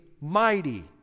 mighty